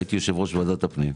הייתי יושב ראש ועדת הפנים,